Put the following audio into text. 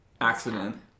accident